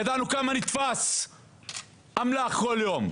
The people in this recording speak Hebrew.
ידענו כמה אמל״ח נתפס כל יום,